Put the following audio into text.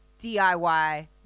DIY